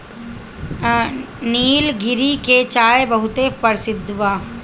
निलगिरी के चाय बहुते परसिद्ध बा